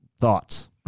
Thoughts